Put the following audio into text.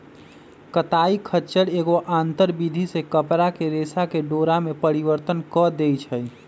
कताई खच्चर एगो आंतर विधि से कपरा के रेशा के डोरा में परिवर्तन कऽ देइ छइ